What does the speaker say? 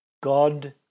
God